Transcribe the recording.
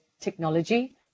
technology